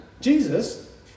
Jesus